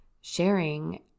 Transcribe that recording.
sharing